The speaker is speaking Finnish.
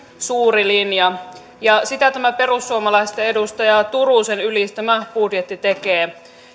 suuri linja ja sitä tämä perussuomalaisten edustaja turusen ylistämä budjetti tekee